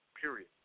Period